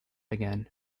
again